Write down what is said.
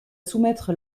soumettre